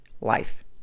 life